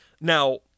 Now